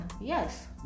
yes